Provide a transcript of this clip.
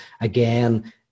again